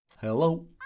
Hello